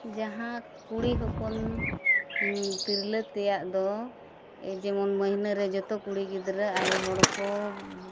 ᱡᱟᱦᱟᱸ ᱠᱩᱲᱤ ᱦᱚᱯᱚᱱ ᱛᱤᱨᱞᱟᱹ ᱛᱮᱭᱟᱜ ᱫᱚ ᱡᱮᱢᱚᱱ ᱢᱟᱹᱦᱱᱟᱹ ᱨᱮ ᱡᱚᱛᱚ ᱠᱩᱲᱤ ᱜᱤᱫᱽᱨᱟᱹ ᱟᱭᱳ ᱦᱚᱲ ᱠᱚ